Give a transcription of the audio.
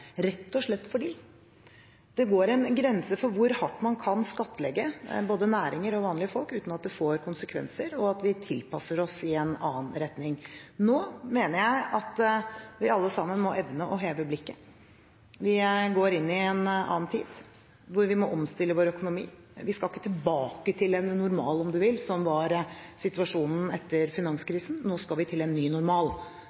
rett og slett fordi det går en grense for hvor hardt man kan skattlegge både næringer og vanlige folk uten at det får konsekvenser – og fordi vi tilpasser oss i en annen retning. Nå mener jeg at vi alle sammen må evne å heve blikket. Vi går inn i en annen tid, hvor vi må omstille vår økonomi. Vi skal ikke tilbake til en normal, om du vil, som var situasjonen etter